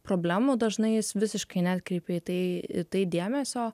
problemų dažnai jis visiškai neatkreipia į tai į tai dėmesio